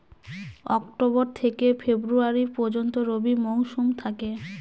October থেকে ফেব্রুয়ারি পর্যন্ত রবি মৌসুম থাকে